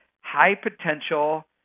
high-potential